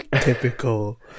Typical